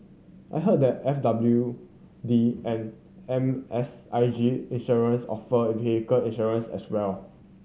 I heard that F W D and M S I G Insurance offer vehicle insurance as well